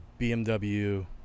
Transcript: BMW